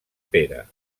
pera